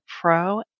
Pro